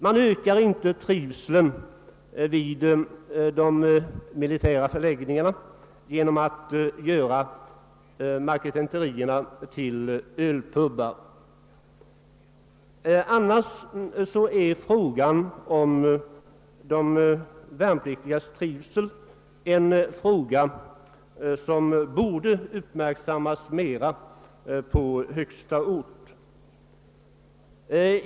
Man ökar inte trivseln vid de militära förläggningarna genom att göra marketenterierna till ölpubar. Annars är de värnpliktigas trivsel en fråga som borde uppmärksammas mera på högsta ort.